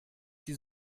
die